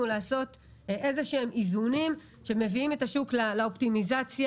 לעשות איזה שהם איזונים שמביאים את השוק לאופטימיזציה